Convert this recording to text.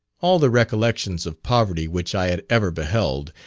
all the recollections of poverty which i had ever beheld,